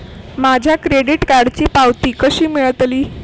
माझ्या क्रेडीट कार्डची पावती कशी मिळतली?